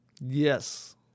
Yes